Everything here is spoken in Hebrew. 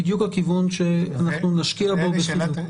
הוא בפירוש הכיוון שנשקיע בו בדיונים.